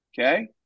okay